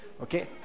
Okay